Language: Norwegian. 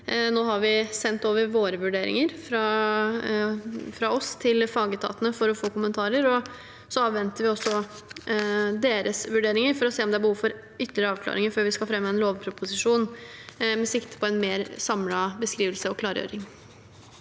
Nå har vi sendt over våre vurderinger til fagetatene for å få kommentarer. Vi avventer deres vurderinger for å se om det er behov for ytterligere avklaringer før vi skal fremme en lovproposisjon, med sikte på en mer samlet beskrivelse og klargjøring.